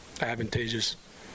advantageous